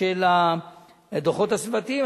של הדוחות הסביבתיים,